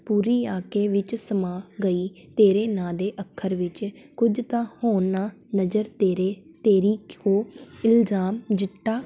ਪੂਰੀ ਆ ਕੇ ਵਿੱਚ ਸਮਾ ਗਈ ਤੇਰੇ ਨਾਂ ਦੇ ਅੱਖਰ ਵਿੱਚ ਕੁਝ ਤਾਂ ਹੋਣਾ ਨਜ਼ਰ ਤੇਰੇ ਤੇਰੀ ਜੋ ਇਲਜ਼ਾਮ ਚਿੱਟਾ